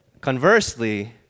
Conversely